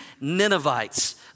Ninevites